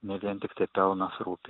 ne vien tik tai pelnas rūpi